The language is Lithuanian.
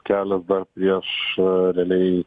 kelias dar prieš realiai